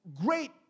great